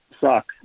suck